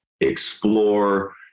explore